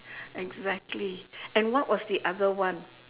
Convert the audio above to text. exactly and what was the other one